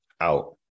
out